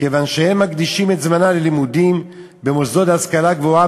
כיוון שהם מקדישים את זמנם ללימודים במוסדות להשכלה גבוהה,